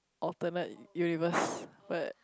alternate universe but